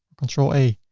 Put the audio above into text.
ctrl a,